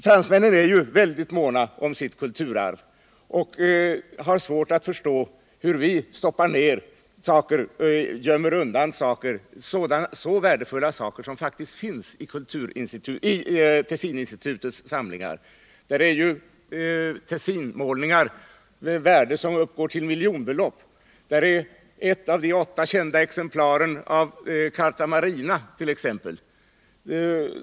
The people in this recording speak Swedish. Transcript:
Fransmännen är ju väldigt måna om sitt kulturarv och har svårt att förstå att vi gömmer undan så värdefulla saker som faktiskt finns i Tessininstitutets samlingar. Där finns Tessinmålningar som i värde uppgår till miljonbelopp. Där finns vidare ett av de åtta kända exemplaren av Charta Marina.